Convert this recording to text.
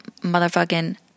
motherfucking